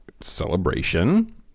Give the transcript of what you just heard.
celebration